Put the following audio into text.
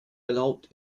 erlaubt